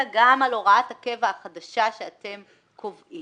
גם על הוראת הקבע החדשה שאתם קובעים.